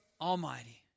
Almighty